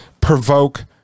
provoke